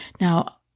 Now